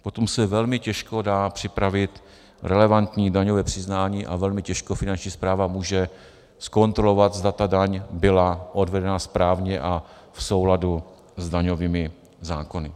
Potom se velmi těžko dá připravit relevantní daňové přiznání a velmi těžko Finanční správa může zkontrolovat, zda ta daň byla odvedena správně a v souladu s daňovými zákony.